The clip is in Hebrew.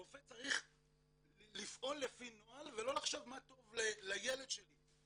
רופא צריך לפעול לפי נוהל ולא לחשוב מה טוב לילד שלי,